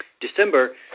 December